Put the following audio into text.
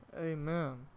Amen